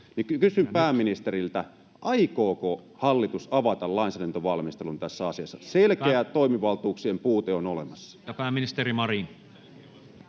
kysyn pääministeriltä: aikooko hallitus avata lainsäädäntövalmistelun tässä asiassa? [Leena Meri: Ei he tiedä!] Selkeä toimivaltuuksien puute on olemassa. Ja pääministeri Marin.